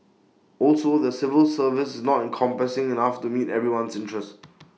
also the civil service not encompassing enough to meet everyone's interest